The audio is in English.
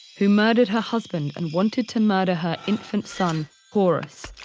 who murdered her husband and wanted to murder her infant son, horus.